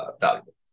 valuable